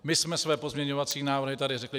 My jsme své pozměňovací návrhy tady řekli.